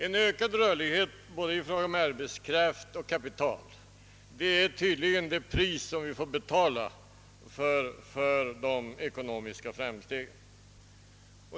En ökad rörlighet både i fråga om arbetskraft och kapital är tydligen det pris vi får betala för de ekonomiska framstegen.